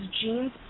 jeans